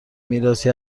میراثی